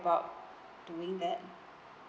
about doing that